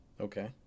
Okay